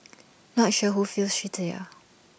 not sure who feels shittier